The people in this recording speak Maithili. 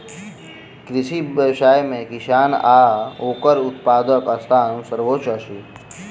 कृषि व्यवसाय मे किसान आ ओकर उत्पादकक स्थान सर्वोच्य अछि